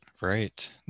Right